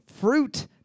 fruit